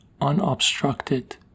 unobstructed